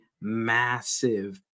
massive